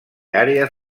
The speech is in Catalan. àrees